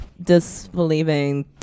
disbelieving